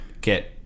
get